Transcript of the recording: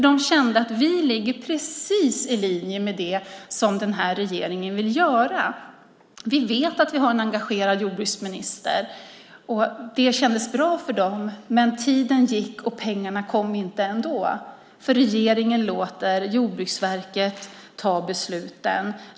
De kände att de låg precis i linje med det som regeringen ville göra. De visste att jordbruksministern var engagerad, och det kändes bra. Men tiden gick och pengarna kom ändå inte därför att regeringen låter Jordbruksverket ta besluten.